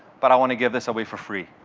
but i want to give this away for free.